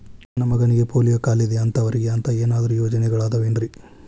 ನನ್ನ ಮಗನಿಗ ಪೋಲಿಯೋ ಕಾಲಿದೆ ಅಂತವರಿಗ ಅಂತ ಏನಾದರೂ ಯೋಜನೆಗಳಿದಾವೇನ್ರಿ?